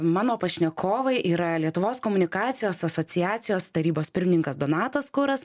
mano pašnekovai yra lietuvos komunikacijos asociacijos tarybos pirmininkas donatas kuras